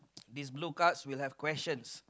these blue cards will have questions